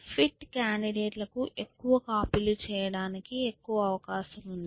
fit కాండిడేట్ల కు ఎక్కువ కాపీలు చేయడానికి ఎక్కువ అవకాశం ఉంది